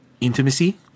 intimacy